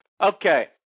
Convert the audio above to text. Okay